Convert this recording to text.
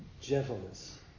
Gentleness